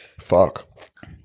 fuck